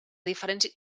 diferents